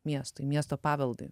miestui miesto paveldui